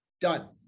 done